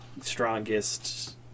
strongest